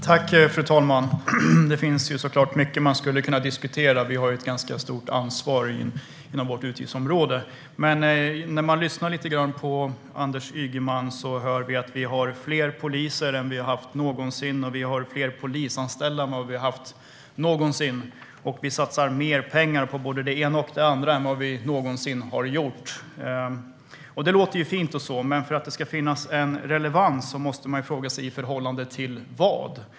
Fru talman! Det finns såklart mycket man skulle kunna diskutera. Vi har ju ett ganska stort ansvar inom vårt utgiftsområde. När vi lyssnar på Anders Ygeman hör vi att vi har fler poliser och fler polisanställda än vad vi någonsin har haft. Vi satsar också mer pengar på både det ena och det andra än vad vi någonsin har gjort. Det låter fint, men för att det ska finnas en relevans måste man fråga sig: I förhållande till vad?